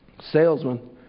salesman